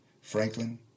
Franklin